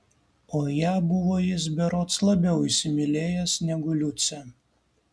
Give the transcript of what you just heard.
o ją buvo jis berods labiau įsimylėjęs negu liucę